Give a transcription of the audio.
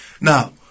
Now